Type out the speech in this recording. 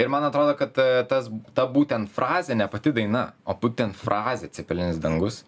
ir man atrodo kad tas ta būtent frazė ne pati daina o būtent frazė cepelininis dangus